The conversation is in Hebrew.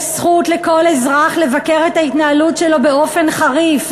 יש זכות לכל אזרח לבקר את ההתנהלות שלו באופן חריף.